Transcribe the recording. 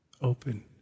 open